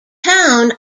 town